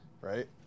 right